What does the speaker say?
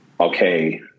okay